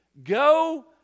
go